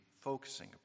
focusing